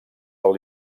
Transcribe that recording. del